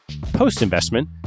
Post-investment